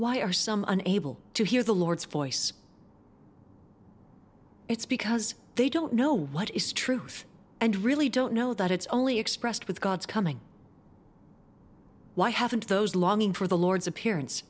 why are some unable to hear the lord's voice it's because they don't know what is truth and really don't know that it's only expressed with god's coming why haven't those longing for the lord's appearance